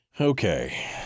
Okay